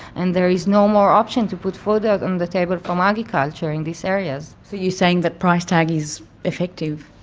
and there is no more option to put food on um the table from agriculture in these areas. so you're saying that price tag is affective?